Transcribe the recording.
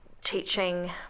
teaching